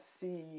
see